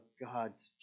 God's